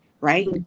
right